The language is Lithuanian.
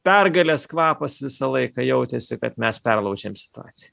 pergalės kvapas visą laiką jautėsi kad mes perlaužėm situaciją